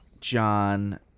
John